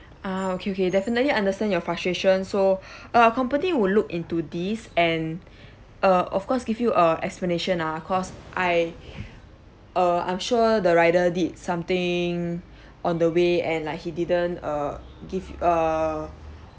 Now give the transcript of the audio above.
ah okay okay definitely understand your frustration so our company will look into this and uh of course give you a explanation ah cause I err I'm sure the rider did something on the way and like he didn't err give err